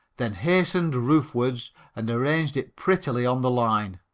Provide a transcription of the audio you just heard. then hastened roofwards and arranged it prettily on the line.